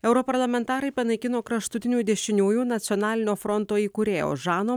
europarlamentarai panaikino kraštutinių dešiniųjų nacionalinio fronto įkūrėjo žano